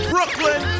Brooklyn